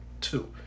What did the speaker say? two